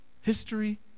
history